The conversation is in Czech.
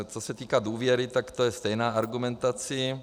Co se týká důvěry, tak to je stejná argumentace.